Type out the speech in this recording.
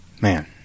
Man